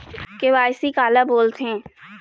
KYC काला बोलथें?